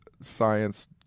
science